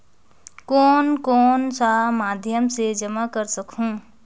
कौन कौन सा माध्यम से जमा कर सखहू?